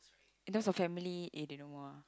in terms family eh they know more